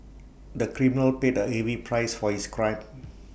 the criminal paid A heavy price for his crime